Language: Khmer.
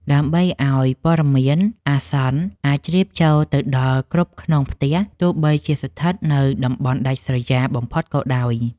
ដើម្បីឱ្យព័ត៌មានអាសន្នអាចជ្រាបចូលទៅដល់គ្រប់ខ្នងផ្ទះ ទោះបីជាស្ថិតនៅតំបន់ដាច់ស្រយាលបំផុតក៏ដោយ។